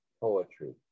poetry